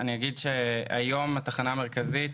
היום התחנה המרכזית